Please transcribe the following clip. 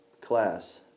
class